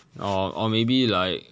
or or maybe like